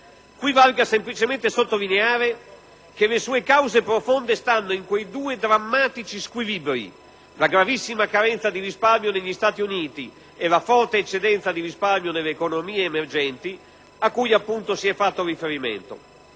Qui valga semplicemente sottolineare che le sue cause profonde stanno in quei due drammatici squilibri: la gravissima carenza di risparmio negli Stati Uniti e la forte eccedenza di risparmio nelle economie emergenti. Certo, come è risultato evidente